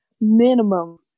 minimum